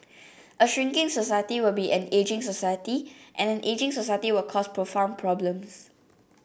a shrinking society will be an ageing society and an ageing society will cause profound problems